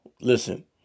listen